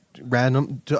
random